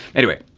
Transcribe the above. anyway,